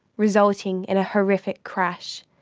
resulting in a horrific crash.